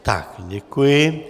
Tak, děkuji.